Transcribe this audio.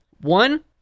One